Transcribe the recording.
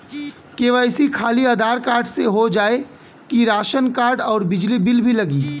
KYC खाली Aadhaar card से हो जाए कि राशन कार्ड अउर बिजली बिल भी लगी?